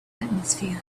atmosphere